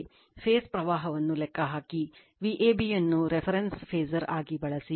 face ಪ್ರವಾಹವನ್ನು ಲೆಕ್ಕಹಾಕಿ Vab ಅನ್ನು ರೆಫರೆನ್ಸ್ ಫಾಸರ್ ಆಗಿ ಬಳಸಿ